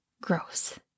Gross